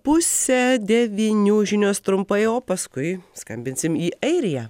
pusė devynių žinios trumpai o paskui skambinsim į airiją